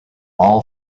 all